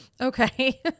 Okay